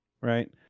right